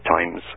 times